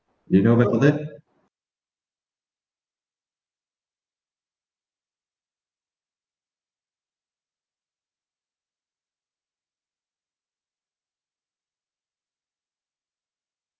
you know what call that